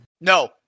no